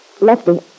Lefty